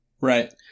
Right